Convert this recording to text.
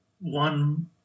one